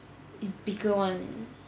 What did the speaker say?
it's bigger [one]